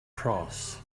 cross